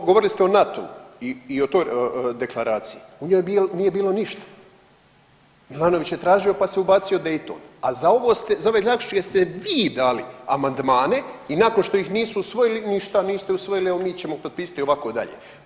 U, govorili ste o NATU i o toj deklaraciji, u njoj nije bilo ništa, Milanović je tražio pa se ubacio Dejton, a za ove zaključke ste vi dali amandmane i nakon što ih nisu usvojili, ništa, niste usvojili evo mi ćemo potpisati ovako dalje.